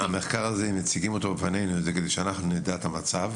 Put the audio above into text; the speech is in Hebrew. המחקר הזה מציגים אותו שאנחנו נדע את המצב